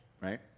right